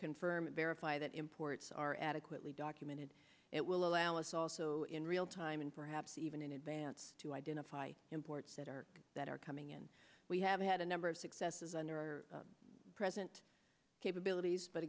confirm and verify that imports are adequately documented it will allow us also in real time and perhaps even in advance to identify imports that are that are coming in we have had a number of successes under our present capabilities but